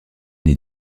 est